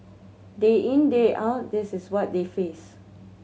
day in day out this is what they face